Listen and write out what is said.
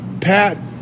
Pat